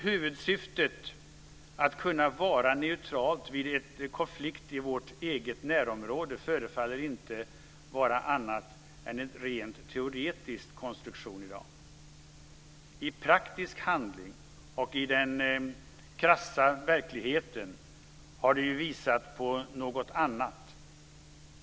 Huvudsyftet att kunna vara neutralt vid en konflikt i vårt eget närområde förefaller i dag inte vara annat än en rent teoretisk konstruktion. Praktisk handling och den krassa verkligheten har ju visat på något annat.